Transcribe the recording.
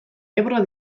ebro